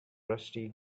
rusty